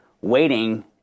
waiting